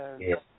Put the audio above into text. Yes